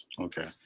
Okay